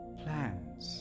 plans